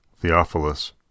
Theophilus